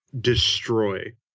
destroy